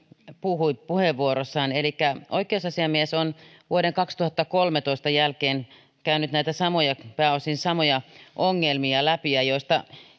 puhui puheenvuorossaan elikkä oikeusasiamies on vuoden kaksituhattakolmetoista jälkeen käynyt näitä pääosin samoja ongelmia läpi joista